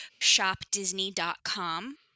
shopdisney.com